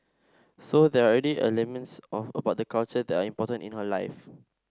so there are already elements about the culture that are important in her life